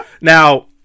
now